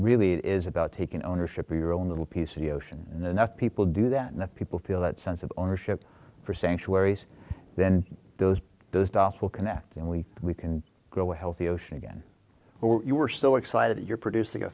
really it is about taking ownership of your own little piece of the ocean and enough people do that and if people feel that sense of ownership for sanctuaries then those those dots will connect and we we can go a healthy ocean again you were so excited you're producing a